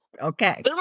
okay